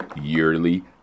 yearly